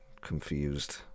confused